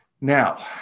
Now